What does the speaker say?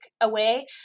away